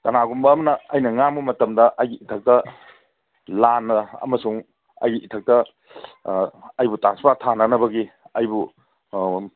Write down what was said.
ꯀꯅꯥꯒꯨꯝꯕ ꯑꯃꯅ ꯑꯩꯅ ꯉꯥꯡꯕ ꯃꯇꯝꯗ ꯑꯩꯒꯤ ꯏꯊꯛꯇ ꯂꯥꯟꯅ ꯑꯃꯁꯨꯡ ꯑꯩꯒꯤ ꯏꯊꯛꯇ ꯑꯩꯕꯨ ꯇ꯭ꯔꯥꯟꯁꯄꯥꯔ ꯊꯥꯅꯅꯕꯒꯤ ꯑꯩꯕꯨ